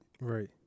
Right